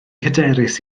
hyderus